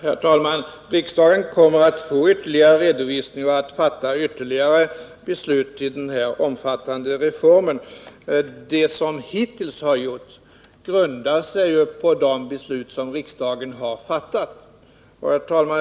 Herr talman! Riksdagen kommer att få ytterligare redovisning och möjlighet att fatta ytterligare beslut beträffande denna omfattande reform. Det som hittills har gjorts grundar sig på de beslut som riksdagen har fattat. Herr talman!